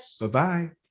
Bye-bye